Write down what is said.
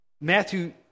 Matthew